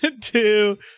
two